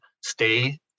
stay